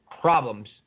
problems